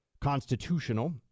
constitutional